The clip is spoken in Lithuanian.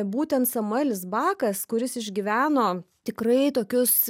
būtent samuelis bakas kuris išgyveno tikrai tokius